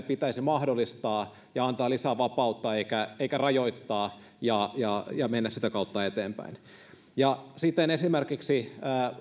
pitäisi mahdollistaa ja antaa lisää vapautta eikä eikä rajoittaa ja ja mennä sitä kautta eteenpäin esimerkiksi